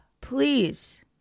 Please